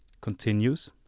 continues